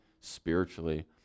spiritually